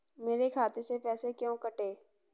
मेरे खाते से पैसे क्यों कटे?